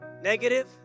negative